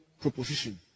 proposition